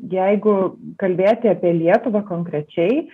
jeigu kalbėti apie lietuvą konkrečiai